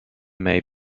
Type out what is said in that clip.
may